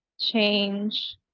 change